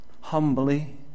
humbly